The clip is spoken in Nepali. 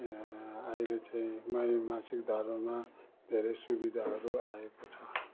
अहिले चाहिँ मासिक धर्ममा धेरै सुविधाहरू आएको छ